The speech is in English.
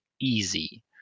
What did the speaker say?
easy